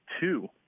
two